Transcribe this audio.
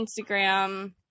Instagram